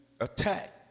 attack